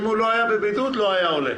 אם הוא לא היה בבידוד, לא היה עולה.